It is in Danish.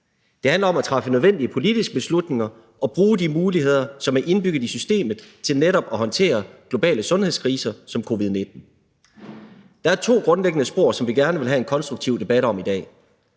Det handler om at træffe nødvendige politiske beslutninger og bruge de muligheder, som er indbygget i systemet til netop at håndtere globale sundhedskriser som covid-19. Der er to grundlæggende spor, som vi gerne vil have en konstruktiv debat om i dag.